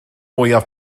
mwyaf